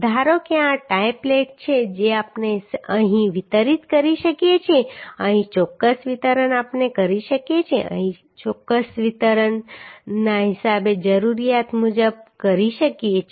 ધારો કે આ ટાઈ પ્લેટ છે જે આપણે અહીં વિતરિત કરી શકીએ છીએ અહીં ચોક્કસ વિતરણ આપણે કરી શકીએ છીએ અહીં ચોક્કસ વિતરણ પણ આપણે જરૂરિયાત મુજબ કરી શકીએ છીએ